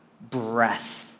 breath